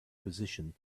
position